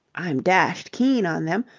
i'm dashed keen on them,